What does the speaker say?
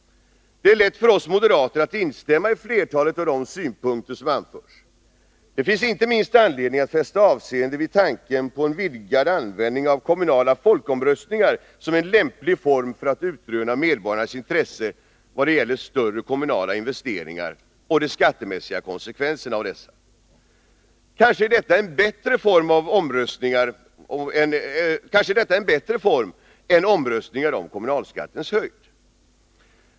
Det är lätt för oss moderater att instämma i flertalet av de synpunkter som anförs. Det finns inte minst anledning att fästa avseende vid tanken på en vidgad användning av kommunala folkomröstningar som en lämplig form för att utröna medborgarnas intresse i vad gäller större kommunala investeringar och de skattemässiga konsekvenserna av dessa. Kanske är detta en bättre form än omröstningar om kommunalskattens höjd.